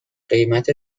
قیمت